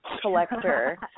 collector